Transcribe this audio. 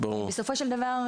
בסופו של דבר,